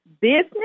business